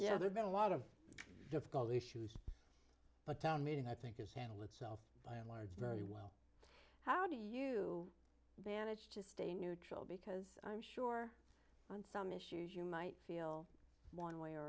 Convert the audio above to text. yeah there's been a lot of difficult issues but town meeting i think is handler it's very well how do you manage to stay neutral because i'm sure on some issues you might feel one way or